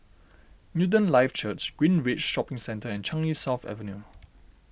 Newton Life Church Greenridge Shopping Centre and Changi South Avenue